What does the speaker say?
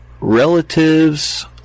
relatives